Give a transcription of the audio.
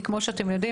כי כמו שאתם יודעים,